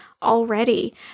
Already